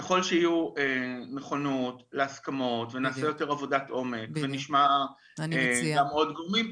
ככל שיהיו נכונות להסכמות ונעשה יותר עבודת עומק ונשמע גם עוד גורמים,